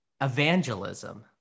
evangelism